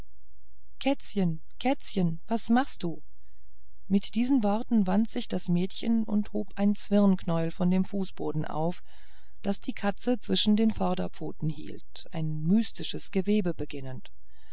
kätzchen kätzchen was machst du mit diesen worten wandte sich das mädchen und hob ein zwirnknäuel von dem fußboden auf das die katze zwischen den vorderpfoten hielt ein mystisches gewebe beginnend